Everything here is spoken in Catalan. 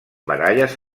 baralles